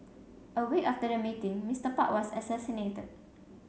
a week after the meeting Mister Park was assassinated